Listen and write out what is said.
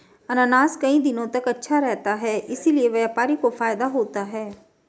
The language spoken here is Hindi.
अनानास कई दिनों तक अच्छा रहता है इसीलिए व्यापारी को फायदा होता है